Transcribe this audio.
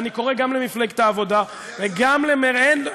אני קורא גם למפלגת העבודה וגם למרצ,